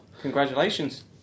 Congratulations